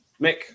Mick